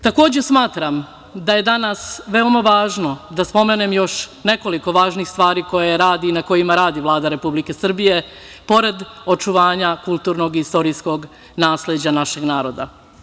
Takođe smatram da je danas veoma važno da spomenem još nekoliko važnih stvari koje radi i na kojima radi Vlada Republike Srbije, pored očuvanja kulturnog i istorijskog nasleđa našeg naroda.